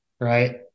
Right